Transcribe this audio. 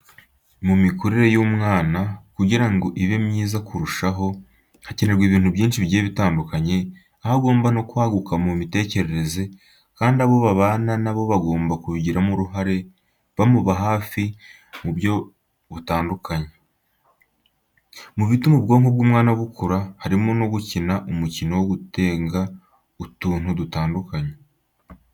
Mu mikurire y'umwana kugira ngo ibe myiza kurushaho hakenerwa ibintu byinshi bigiye bitandukanye, aho agomba no kwaguka mu mitekerereze, kandi abo babana na bo bagomba kubigiramo uruhare bamuba hafi mu buryo butandukanye. Mu bituma ubwonko bw'umwana bukura, harimo no gukina umukino wo gutenga utuntu dutandukanye.